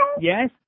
Yes